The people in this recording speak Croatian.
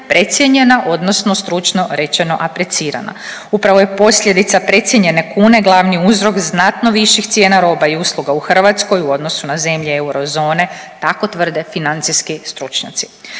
precijenjena odnosno stručno rečeno aprecirana. Upravo je posljedica precijenjene kune glavni uzrok znatno viših cijena roba i usluga u Hrvatskoj u odnosu na zemlje eurozone, tako tvrde financijski stručnjaci.